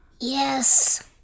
Yes